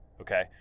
Okay